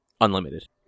unlimited